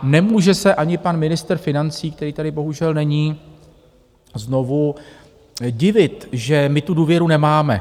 Nemůže se ani pan ministr financí, který tady bohužel není znovu, divit, že my tu důvěru nemáme.